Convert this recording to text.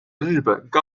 日本